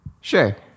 Sure